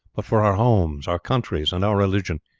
but for our homes, our countries, and our religion,